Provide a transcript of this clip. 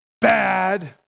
Bad